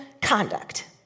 conduct